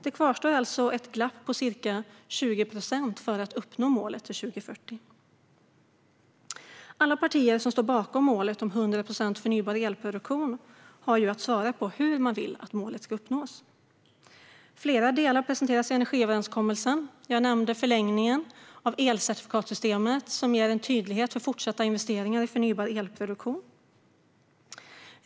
Det kvarstår alltså ett glapp på ca 20 procent för att vi ska uppnå målet till 2040. Alla partier som står bakom målet om 100 procent förnybar elproduktion har att svara på hur man vill att målet ska uppnås. Flera delar presenteras i energiöverenskommelsen. Jag nämnde förlängningen av elcertifikatssystemet, vilket ger en tydlighet för fortsatta investeringar i förnybar elproduktion.